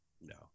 no